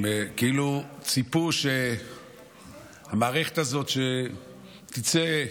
הם כאילו ציפו שהמערכת הזאת שתצא,